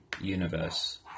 universe